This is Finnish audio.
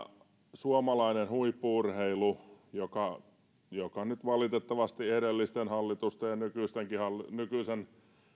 suomalainen huippu urheilu jonne nyt valitettavasti edellisten hallitusten ja nykyisenkin nykyisenkin